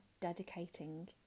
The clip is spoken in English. dedicating